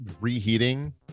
reheating